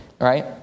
Right